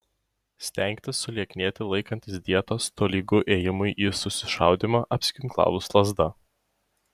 stengtis sulieknėti laikantis dietos tolygu ėjimui į susišaudymą apsiginklavus lazda